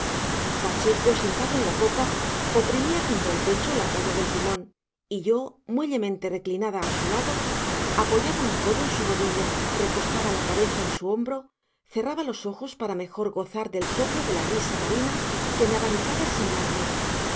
pacheco sentado en la popa oprimía contra el pecho la caña del timón y yo muellemente reclinada a su lado apoyaba un codo en su rodilla recostaba la cabeza en su hombro cerraba los ojos para mejor gozar del soplo de la brisa marina que me abanicaba el semblante